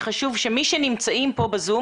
שחשוב שמי שנמצאים פה בזום,